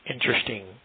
interesting